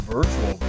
Virtual